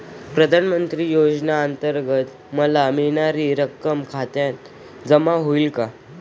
प्रधानमंत्री योजनेअंतर्गत मला मिळणारी रक्कम खात्यात जमा होईल का?